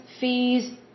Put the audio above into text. fees